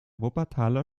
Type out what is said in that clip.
wuppertaler